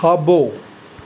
खाॿो